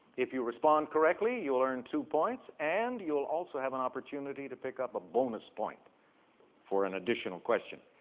if you respond correctly, you'll earn two points and you'll also have an opportunity to pick up a bonus point for an additional question.